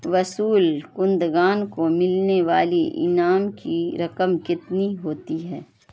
وصول کندگان کو ملنے والی انعام کی رقم کتنی ہوتی ہے